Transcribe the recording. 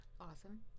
awesome